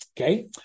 okay